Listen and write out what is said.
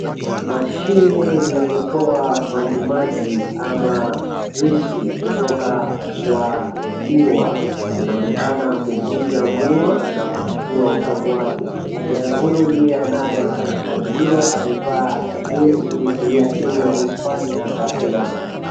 Mashine ya kutoa majimaji ama juisi kutoka kwa miwa, inaonekana kuvunja mua na kuchukua utamu wake, kijana huyu ndiye anayefanya kazi hiyo amevaa jezi ya timu ya uhispania barcelona.